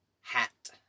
hat